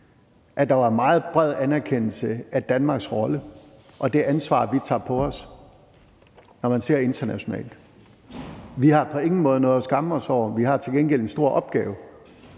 var der meget bred anerkendelse af Danmarks rolle og det ansvar, vi tager på os, når man ser internationalt på det. Vi har på ingen måde noget at skamme os over. Vi har til gengæld en stor opgave,